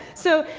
so,